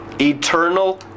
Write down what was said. Eternal